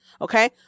okay